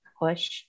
push